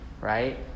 right